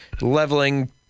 leveling